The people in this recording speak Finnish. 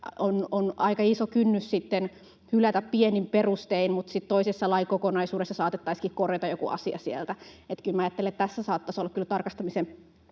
on aika iso kynnys sitten hylätä pienin perustein, mutta sitten toisessa lain kokonaisuudessa saatettaisiinkin korjata joku asia sieltä. Että kyllä minä ajattelen, että tässä saattaisi olla kyllä tarkastamisen